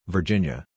Virginia